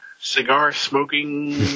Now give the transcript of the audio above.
cigar-smoking